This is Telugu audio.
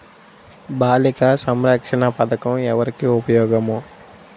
బాలిక సంరక్షణ పథకం ఎవరికి ఉపయోగము?